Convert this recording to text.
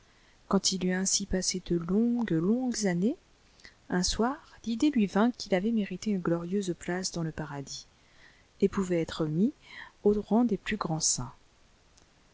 quand il eut ainsi passé de longues longues années un soir l'idée lui vint qu'il avait mérité une glorieuse place dans le paradis et pouvait être mis au rang des plus grands saints